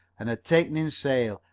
and had taken in sail,